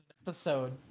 episode